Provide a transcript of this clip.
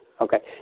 okay